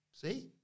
See